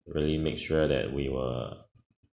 really make sure that we were